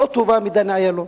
לא טובה מדני אילון,